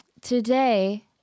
Today